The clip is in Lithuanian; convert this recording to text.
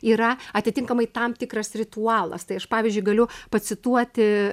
yra atitinkamai tam tikras ritualas tai aš pavyzdžiui galiu pacituoti